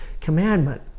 commandment